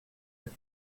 pour